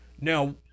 Now